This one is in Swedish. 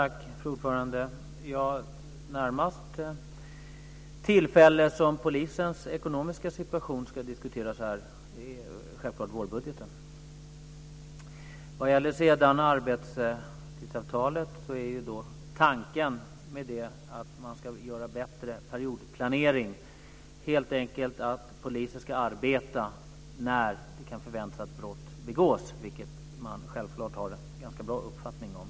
Fru talman! Det närmaste tillfället, då polisens ekonomiska situation ska diskuteras här, är självklart i samband med vårbudgeten. Tanken med arbetstidsavtalet är att man ska göra en bättre periodplanering. Det handlar helt enkelt om att poliser ska arbeta när det kan förväntas att brott begås, vilket man självklart har en ganska bra uppfattning om.